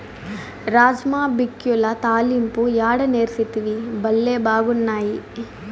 రాజ్మా బిక్యుల తాలింపు యాడ నేర్సితివి, బళ్లే బాగున్నాయి